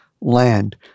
land